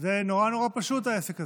זה נורא נורא פשוט, העסק הזה.